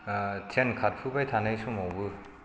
train खारफुबाय थानाय समावबो